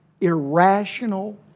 irrational